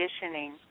conditioning